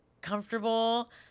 comfortable